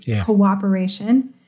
cooperation